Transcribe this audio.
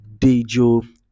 Dejo